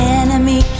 enemy